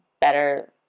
better